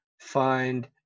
find